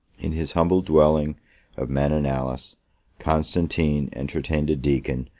in his humble dwelling of mananalis, constantine entertained a deacon,